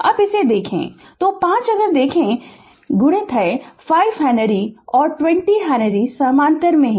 अब इसे देखें तो 5 अगर देखें कि यह 5 हेनरी और 20 हेनरी समानांतर में हैं